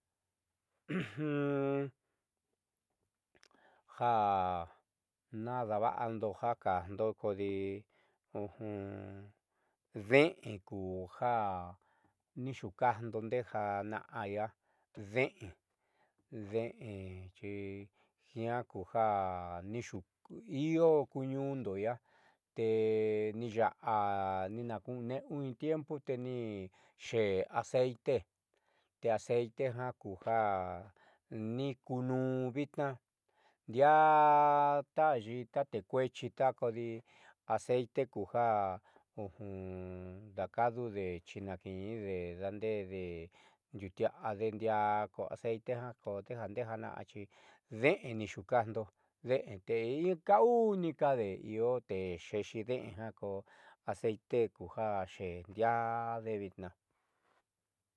ja nadaava'ando ja kajndo kodi de'en kujo nixuukajndo ndee jana'a iia nde'en nde'en xi jiaa ku ja io ku ñuundo i'ia te niiya'a ninakune'eu in tiempo te niixeé aceitete aceite ja ni kunun vitnaa ndiaa te ayii tate tekuexi kodi aceite kuja dakadude chinakinde daande'ede ntiutia'ade ndiaá ko aceite jako nde'e jana'a xideen ni xuukajndo nde'en inkaa uunikade io te xeexinde'en jako aceite kuju xej ndiaade vitnaa.